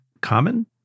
common